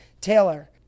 Taylor